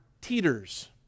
teeters